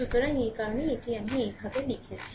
সুতরাং এই কারণেই এটি আমি এই ভাবে লিখেছি